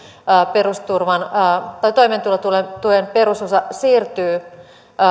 toimeentulotuen perusosa siirtyy